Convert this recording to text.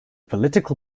political